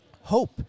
hope